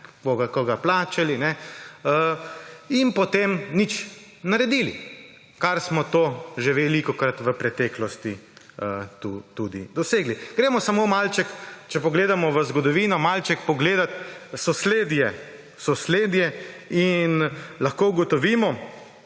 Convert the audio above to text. koga plačali in potem nič naredili, kar smo to že velikokrat v preteklosti tukaj tudi dosegli. Samo če malček pogledamo v zgodovino, malček pogledamo sosledje, lahko ugotovimo,